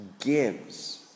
gives